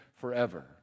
forever